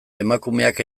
emakumeak